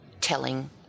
telling